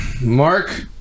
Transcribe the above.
mark